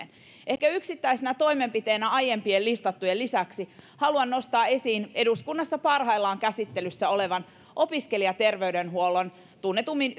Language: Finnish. ehkä yksittäisenä toimenpiteenä listattujen lisäksi haluan nostaa esiin eduskunnassa parhaillaan käsittelyssä olevan opiskelijaterveydenhuollon tunnetummin